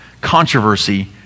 controversy